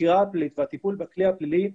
החקירה הפלילית והטיפול בכלי הפלילי,